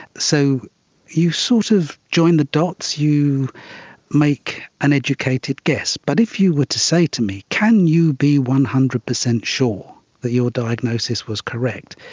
so you sort of join the dots, you make an educated guess. but if you were to say to me can you be one hundred percent sure that your diagnosis was correct?